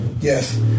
Yes